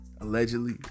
Allegedly